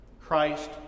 Christ